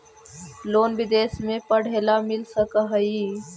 Loan विदेश में पढ़ेला मिल सक हइ?